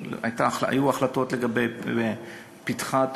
היו החלטות לגבי פתחת,